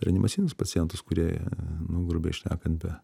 reanimacinius pacientus kurie nu grubiai šnekant be